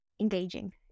engaging